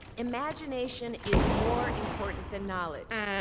imagination is more important than knowledge.